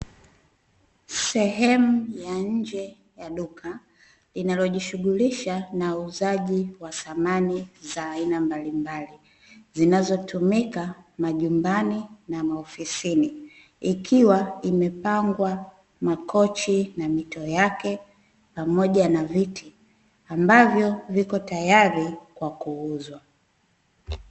Sehemu ya nje ya duka linalojishughulisha na uzaji wa samani za aina mbalimbali zinazotumika majumbani na maofisini, ikiwa imepangwa makochi na mito yake pamoja na viti ambavyo viko tayari kwa kuuzwa.